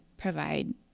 provide